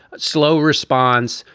slow response,